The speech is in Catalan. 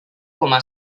coma